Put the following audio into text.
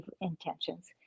intentions